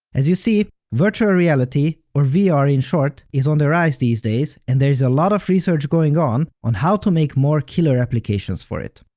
as you see, virtual reality or vr in short, is on the rise these days and there is a lot of research going on on how to make more killer applications for it.